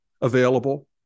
available